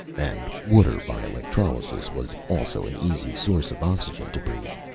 and water, by electrolysis, was also an easy source of oxygen to breathe.